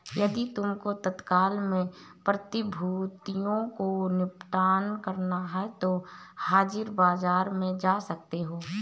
यदि तुमको तत्काल में प्रतिभूतियों को निपटान करना है तो हाजिर बाजार में जा सकते हो